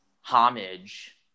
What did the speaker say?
homage